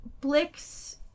Blix